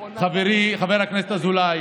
חברי חבר הכנסת אזולאי,